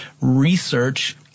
research